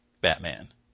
batman